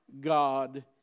God